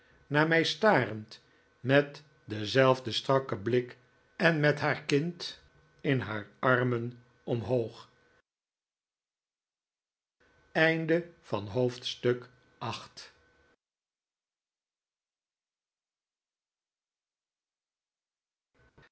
naar mij starend met denzelfden strakken blik en met haar kind in haar armen omhoog hoofdstuk